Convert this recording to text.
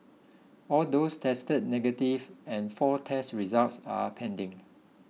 all those tested negative and four test results are pending